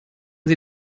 sie